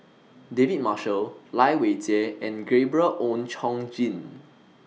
David Marshall Lai Weijie and Gabriel Oon Chong Jin